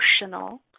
emotional